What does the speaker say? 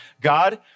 God